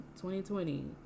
2020